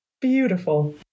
beautiful